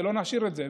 שלא נשאיר את זה.